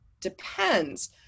depends